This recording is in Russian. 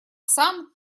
сам